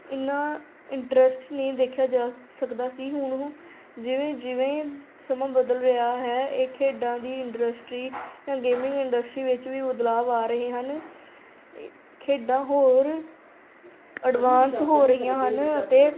ਇੰਨਾ ਇੰਟਰਸਟ ਨਹੀਂ ਦੇਖਿਆ ਜਾ ਸਕਦਾ ਸੀ ਹੁਣ ਉਹ ਜਿਵੇਂ ਜਿਵੇਂ ਸਮਾਂ ਬਦਲ ਰਿਹਾ ਹੈ ਇਹ ਖੇਡਾਂ ਦੀ ਇੰਡਰਸਟਰੀ ਜਾਂ ਗੇਮਿੰਗ ਇੰਡਸਟਰੀ ਵਿੱਚ ਵੀ ਬਦਲਾਵ ਆ ਰਹੇ ਹਨ ਖੇਡਾਂ ਹੋਰ ਐਡਵਾਂਸ ਹੋ ਰਹੀਆਂ ਹਨ ਅਤੇ